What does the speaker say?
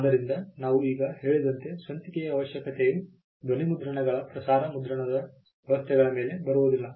ಆದ್ದರಿಂದ ನಾವು ಈಗ ಹೇಳಿದಂತೆ ಸ್ವಂತಿಕೆಯ ಅವಶ್ಯಕತೆಯು ಧ್ವನಿಮುದ್ರಣಗಳ ಪ್ರಸಾರ ಮುದ್ರಣದ ವ್ಯವಸ್ಥೆಗಳ ಮೇಲೆ ಬರುವುದಿಲ್ಲ